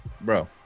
bro